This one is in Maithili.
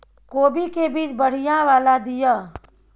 कोबी के बीज बढ़ीया वाला दिय?